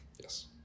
Yes